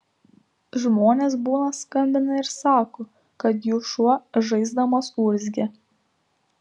žmonės būna skambina ir sako kad jų šuo žaisdamas urzgia